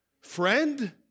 friend